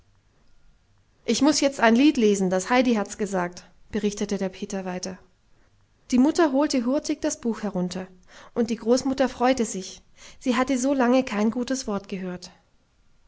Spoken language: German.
ich muß jetzt ein lied lesen das heidi hat's gesagt berichtete der peter weiter die mutter holte hurtig das buch herunter und die großmutter freute sich sie hatte so lange kein gutes wort gehört